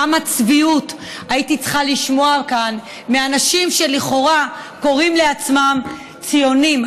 כמה צביעות הייתי צריכה לשמוע כאן מהאנשים שלכאורה קוראים לעצמם ציונים,